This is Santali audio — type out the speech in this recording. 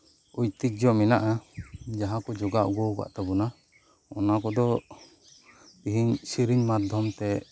ᱳᱭᱛᱤᱡᱽᱡᱷᱚ ᱢᱮᱱᱟᱜᱼᱟ ᱡᱟᱦᱟᱸᱠᱚ ᱡᱚᱜᱟᱣ ᱟᱹᱜᱩ ᱟᱠᱟᱫ ᱛᱟᱵᱚᱱᱟ ᱚᱱᱟᱠᱚᱫᱚ ᱛᱮᱹᱦᱮᱹᱧ ᱥᱤᱨᱤᱧ ᱢᱟᱫᱽᱫᱷᱚᱢ ᱛᱮ